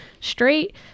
straight